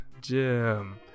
Jim